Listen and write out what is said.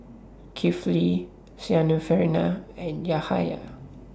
Kifli Syarafina and Yahaya